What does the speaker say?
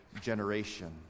generation